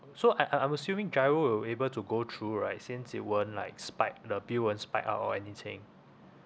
so I I I'm assuming GIRO will be able to go through right since it wouldn't like spike the bill wouldn't spike out or anything